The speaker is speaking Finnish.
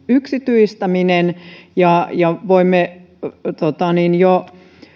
yksityistäminen me voimme